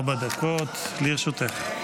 בקשה, חברת הכנסת דיסטל, ארבע דקות לרשותך.